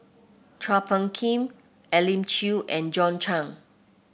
Chua Phung Kim Elim Chew and John Clang